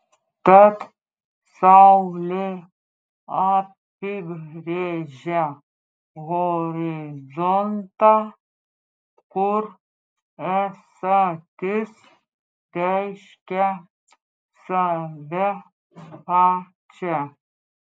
tad saulė apibrėžia horizontą kur esatis reiškia save pačią